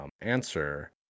answer